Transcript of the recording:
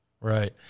Right